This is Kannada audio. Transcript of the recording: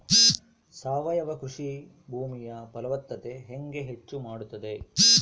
ಸಾವಯವ ಕೃಷಿ ಭೂಮಿಯ ಫಲವತ್ತತೆ ಹೆಂಗೆ ಹೆಚ್ಚು ಮಾಡುತ್ತದೆ?